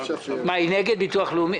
ירים את ידו.